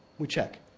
we check.